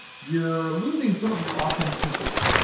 you're losing some of your authenticity.